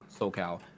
SoCal